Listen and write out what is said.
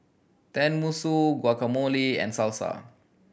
Tenmusu Guacamole and Salsa